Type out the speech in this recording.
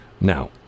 Now